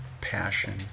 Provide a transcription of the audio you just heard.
passion